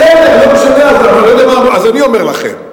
בסדר, לא משנה, אז אני אומר לכם: